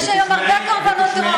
יש היום הרבה קורבנות טרור,